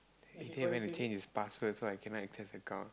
he went to change his password so I cannot access account